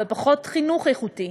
ופחות חינוך איכותי,